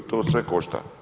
To sve košta.